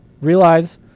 Realize